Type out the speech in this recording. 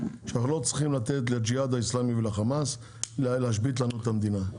שאנחנו לא צריכים לתת לג'יהאד האסלאמי ולחמאס להשבית לנו את המדינה.